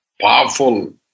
powerful